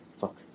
fuck